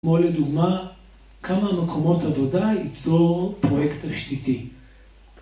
כמו לדוגמה, כמה מקומות עבודה ייצור פרויקט השתיתי